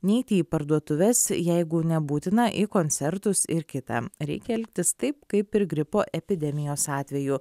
neiti į parduotuves jeigu nebūtina į koncertus ir kita reikia elgtis taip kaip ir gripo epidemijos atveju